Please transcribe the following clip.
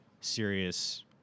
serious